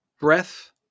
Breath